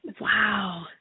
Wow